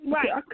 Right